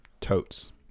Totes